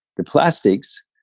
the plastics,